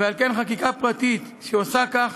ועל כן, חקיקה פרטית שעושה כך,